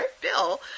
Bill